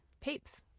Peeps